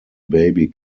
baby